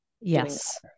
Yes